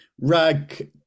rag